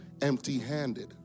empty-handed